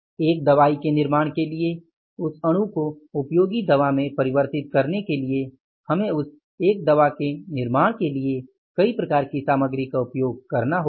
1 दवा के निर्माण के लिए उस अणु को उपयोगी दवा में परिवर्तित करने के लिए हमें उस 1 दवा के निर्माण के लिए कई प्रकार की सामग्री का उपयोग करना होगा